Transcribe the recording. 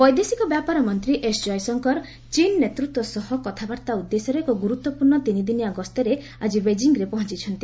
China Jaishankar ବୈଦେଶିକ ବ୍ୟାପାର ମନ୍ତ୍ରୀ ଏସ ଜୟଶଙ୍କର ଚୀନ ନେତୃତ୍ୱ ସହ କଥାବାର୍ତ୍ତା ଉଦ୍ଦେଶ୍ୟରେ ଏକ ଗୁରୁତ୍ୱପୂର୍ଷ୍ଣ ତିନିଦିନଆ ଗସ୍ତରେ ଆଜି ବେଜିଂରେ ପହଞ୍ଚ୍ଚନ୍ତି